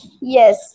Yes